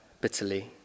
bitterly